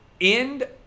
End